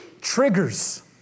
triggers